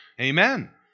Amen